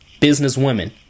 businesswomen